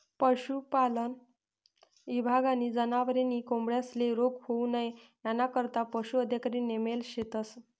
पशुपालन ईभागनी जनावरे नी कोंबड्यांस्ले रोग होऊ नई यानाकरता पशू अधिकारी नेमेल शेतस